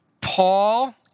Paul